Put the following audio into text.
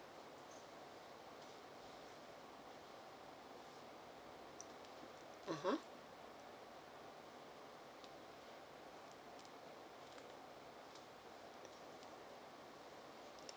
(uh huh)